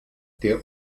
der